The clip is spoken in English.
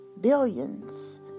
billions